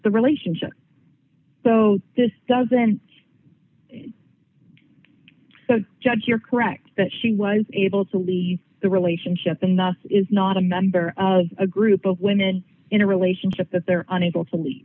the relationship so this doesn't judge you're correct that she was able to leave the relationship enough is not a member of a group of women in a relationship that they're unable to leave